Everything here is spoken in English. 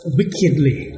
wickedly